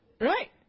right